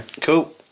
Cool